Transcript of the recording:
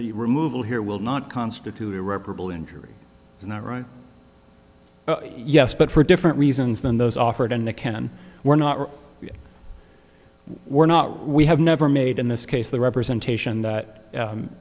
the removal here will not constitute irreparable injury and that right yes but for different reasons than those offered in a cannon we're not we're not we have never made in this case the representation that